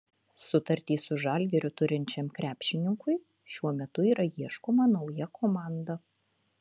sutartį su žalgiriu turinčiam krepšininkui šiuo metu yra ieškoma nauja komanda